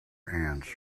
ants